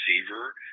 receiver